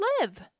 live